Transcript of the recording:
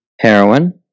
heroin